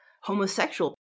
homosexual